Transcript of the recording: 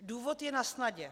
Důvod je nasnadě.